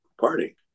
party